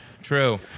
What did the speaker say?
True